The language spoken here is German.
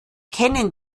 kennen